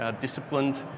disciplined